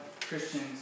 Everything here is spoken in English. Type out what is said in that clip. Christians